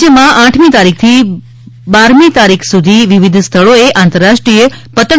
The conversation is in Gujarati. રાજ્યમાં આઠમી તારીખથી બારમી તારીખ સુધી વિવિધ સ્થળોએ આંતરાષ્ટ્રીય પતંગ